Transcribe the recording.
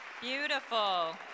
Beautiful